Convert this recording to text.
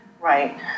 Right